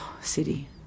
City